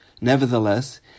Nevertheless